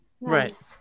Right